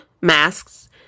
masks